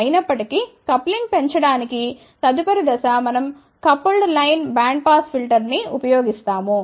అయినప్పటి కీ కప్లింగ్ పెంచడానికి తదుపరి దశ మనం కపుల్డ్ లైన్ బ్యాండ్ పాస్ ఫిల్టర్ని ఉపయోగిస్తాము